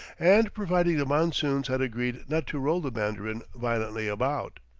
and providing the monsoons had agreed not to roll the mandarin violently about.